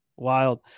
Wild